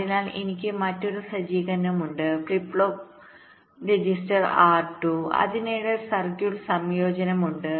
അതിനാൽ എനിക്ക് മറ്റൊരു സജ്ജീകരണമുണ്ട് ഫ്ലിപ്പ് ഫ്ലോപ്പ് രജിസ്റ്റർ R2 അതിനിടയിൽ സർക്യൂട്ട് സംയോജനമുണ്ട്